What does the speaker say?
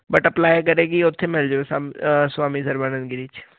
but apply ਕਰੇਗੀ ਉੱਥੇ ਮਿਲ ਜਾਵੇ ਸਮ ਸਵਾਮੀ ਸਰਵਾਨੰਦ ਗਿਰੀ 'ਚ